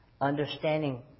Understanding